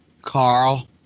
Carl